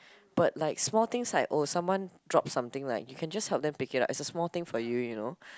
but like small things like oh someone drop something like you can just help them pick it up it's a small thing for you you know